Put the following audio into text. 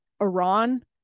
Iran